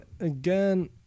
Again